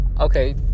Okay